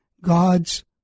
God's